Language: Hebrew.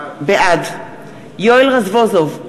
בעד יואל רזבוזוב,